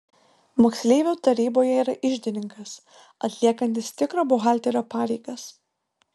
moksleivių taryboje yra iždininkas atliekantis tikro buhalterio pareigas